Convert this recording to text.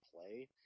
play